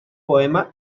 poema